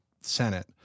Senate